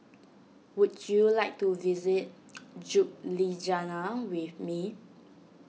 would you like to visit Ljubljana with me